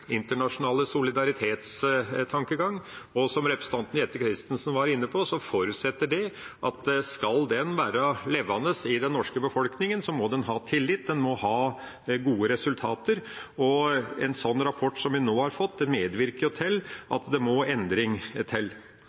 internasjonale solidaritetstankegang, og som representanten Jette F. Christensen var inne på, forutsetter det at skal den være levende i den norske befolkning, må den ha tillit, en må ha gode resultater, og en slik rapport som vi nå har fått, medvirker til at det må endring til.